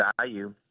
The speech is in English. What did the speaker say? value